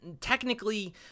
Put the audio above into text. technically